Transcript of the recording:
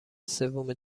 سوم